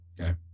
Okay